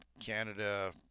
canada